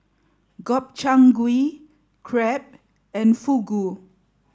Gobchang Gui Crepe and Fugu